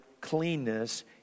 cleanness